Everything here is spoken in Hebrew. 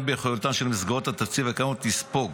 ביכולתה של מסגרת התקציב הקיימת לספוג,